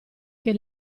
che